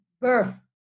birth